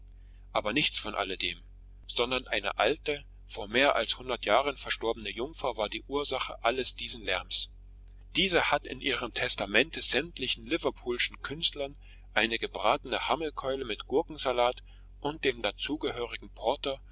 aber nichts von alledem sondern eine alte vor mehr als hundert jahren verstorbene jungfer war die ursache alles dieses lärms diese hat in ihrem testamente sämtlichen liverpoolschen künstlern eine gebratenen hammelkeule mit gurkensalat und dem dazugehörigen porter